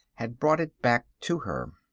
had brought it back to her.